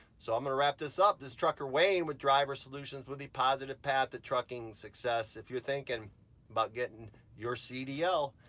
so i'ma wrap this up, this trucker wayne with driver solutions with the positive path to trucking success. if you're thinking about getting your cdl,